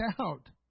out